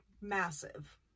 massive